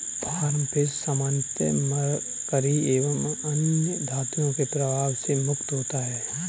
farm fish सामान्यतः mercury एवं अन्य धातुओं के प्रभाव से मुक्त होता है